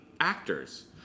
actors